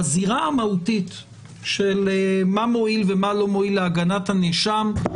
בזירה המהותית של מה מועיל ומה לא מועיל להגנת הנאשם,